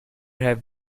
have